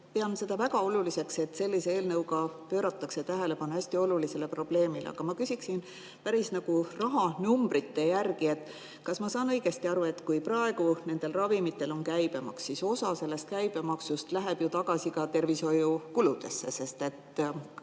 pean seda väga oluliseks, et sellise eelnõuga pööratakse tähelepanu hästi olulisele probleemile. Aga ma küsiksin päris rahanumbrite järgi. Kas ma saan õigesti aru, et kui praegu nendel ravimitel on käibemaks, siis osa sellest käibemaksust läheb tagasi ka tervishoiukuludesse, sest